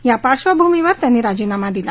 या पाईभूमीवर त्यांनी राजीनामा दिला